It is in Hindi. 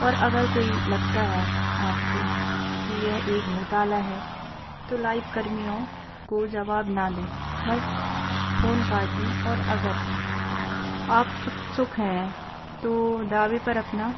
और कोई लगता है आपको कि यह एक घोटाला है तो लाइव कर्मियों को जबाब ना दें बस फोन काट दें और अगर आप सुख हैं तो दावे पर अपना